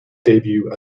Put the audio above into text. debut